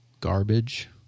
garbage